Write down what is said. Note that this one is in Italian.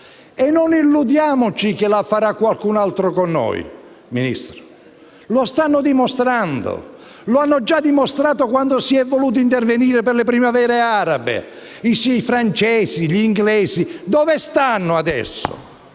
Non illudiamoci che lo farà qualcun altro con noi, signor Ministro: lo stanno dimostrando e l'hanno già dimostrato quando si è voluto intervenire per le primavere arabe; i «sì» francesi e inglesi dove stanno adesso